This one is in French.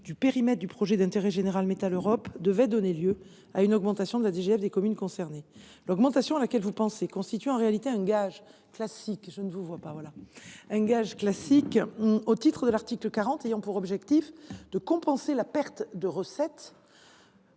du périmètre du projet d’intérêt général Metaleurop devait donner lieu à une augmentation de la DGF des communes concernées. L’augmentation à laquelle vous pensez constitue, en réalité, un gage « classique », au titre de l’article 40 de la Constitution, ayant pour objectif de compenser la perte de recettes